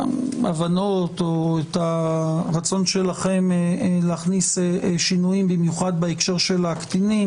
ההבנות או את הרצון שלכם להכניס שינויים במיוחד בהקשר של הקטינים,